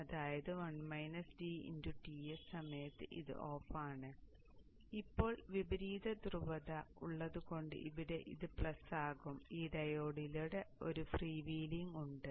അതിനാൽ അതായത് Ts സമയത്ത് ഇത് ഓഫാണ് ഇപ്പോൾ വിപരീത ധ്രുവത ഉള്ളതുകൊണ്ട് ഇവിടെ ഇത് പ്ലസ് ആകും ഈ ഡയോഡിലൂടെ ഒരു ഫ്രീ വീലിംഗ് ഉണ്ട്